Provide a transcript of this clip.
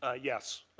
ah yes.